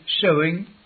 showing